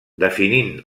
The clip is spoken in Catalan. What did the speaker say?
definint